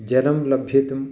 जलं लभ्येतुम्